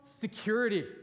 security